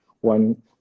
one